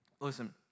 Listen